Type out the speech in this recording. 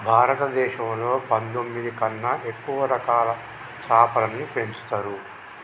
భారతదేశంలో పందొమ్మిది కన్నా ఎక్కువ రకాల చాపలని పెంచుతరు